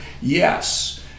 yes